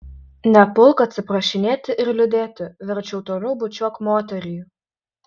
nepulk atsiprašinėti ir liūdėti verčiau toliau bučiuok moterį